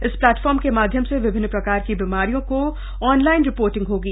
इस पोर्टल के माध्यम से विभिन्न प्रकार की बीमारियों की ऑनलाइन रिपोर्टिंग होगी